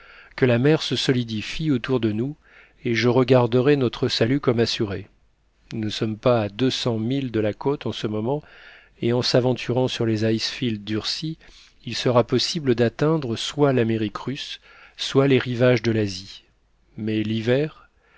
que la mer se solidifie autour de nous et je regarderai notre salut comme assuré nous ne sommes pas à deux cents milles de la côte en ce moment et en s'aventurant sur les icefields durcis il sera possible d'atteindre soit l'amérique russe soit les rivages de l'asie mais l'hiver